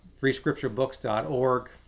freescripturebooks.org